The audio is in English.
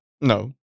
No